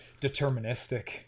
deterministic